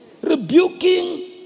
rebuking